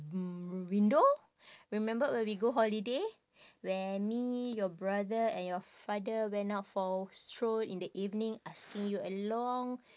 mm window remember when we go holiday when me your brother and your father went out for a stroll in the evening asking you along